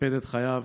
קיפד את חייו